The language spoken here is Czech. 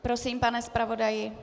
Prosím, pane zpravodaji.